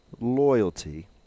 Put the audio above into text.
loyalty